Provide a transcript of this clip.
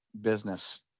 business